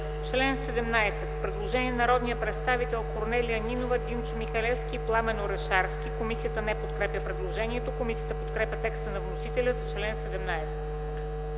чл. 17 има предложение на народните представители Корнелия Нинова, Димчо Михалевски и Пламен Орешарски. Комисията не подкрепя предложението. Комисията подкрепя текста на вносителя за чл. 17.